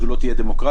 זו לא תהיה דמוקרטיה.